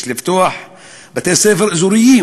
יש לפתוח בתי-ספר אזוריים,